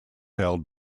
held